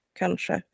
kanske